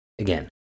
Again